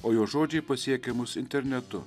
o jos žodžiai pasiekė mus internetu